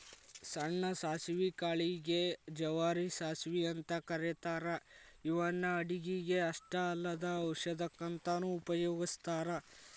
ಸಣ್ಣ ಸಾಸವಿ ಕಾಳಿಗೆ ಗೆ ಜವಾರಿ ಸಾಸವಿ ಅಂತ ಕರೇತಾರ ಇವನ್ನ ಅಡುಗಿಗೆ ಅಷ್ಟ ಅಲ್ಲದ ಔಷಧಕ್ಕಂತನು ಉಪಯೋಗಸ್ತಾರ